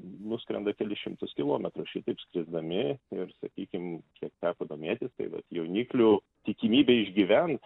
nuskrenda kelis šimtus kilometrų šitaip skrisdami ir sakykim kiek teko domėtis tai vat jauniklių tikimybė išgyvent